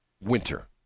Winter